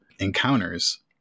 encounters